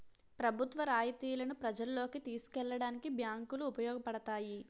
ప్రభుత్వ రాయితీలను ప్రజల్లోకి తీసుకెళ్లడానికి బ్యాంకులు ఉపయోగపడతాయి